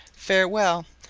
farewell,